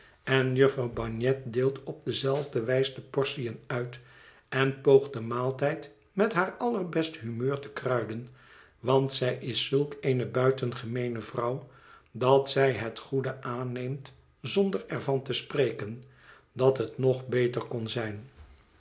en jufvrouw bagnet deelt op dezelfde wijs de portiën uit en poogt den maaltijd met haar allerbest humeur te kruiden want zij is zulk eene buitengemeene vrouw dat zij het goede aanneemt zonder er van te spreken dat het nog beter kon zijn